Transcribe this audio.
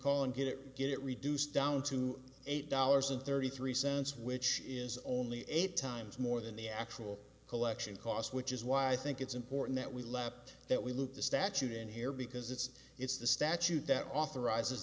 call and get it get it reduced down to eight dollars and thirty three cents which is only eight times more than the actual collection cost which is why i think it's important that we let that we look at the statute in here because it's it's the statute that authorizes